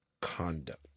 conduct